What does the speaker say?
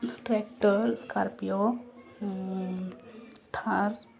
tractor scorpio Thar